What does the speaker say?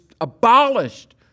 abolished